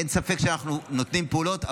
אין ספק שאנחנו נותנים פעולות,